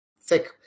thick